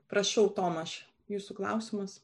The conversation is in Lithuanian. prašau tomaš jūsų klausimas